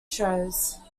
shows